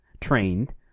trained